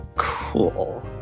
Cool